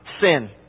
sin